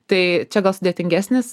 tai čia gal sudėtingesnis